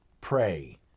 pray